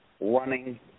running